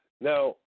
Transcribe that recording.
Now